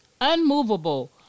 unmovable